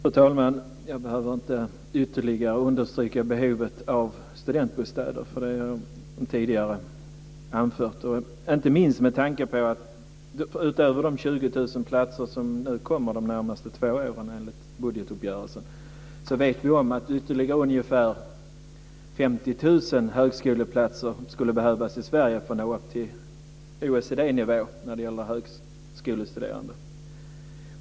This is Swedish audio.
Fru talman! Jag behöver inte ytterligare understryka behovet av studentbostäder, för det har tidigare anförts. Utöver de 20 000 högskoleplatser som nu kommer de närmaste två åren enligt budgetuppgörelsen vet vi att ytterligare ungefär 50 000 högskoleplatser skulle behövas i Sverige för att nå upp till OECD nivå när det gäller högskolestuderande.